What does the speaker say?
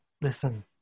listen